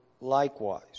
likewise